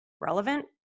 Relevant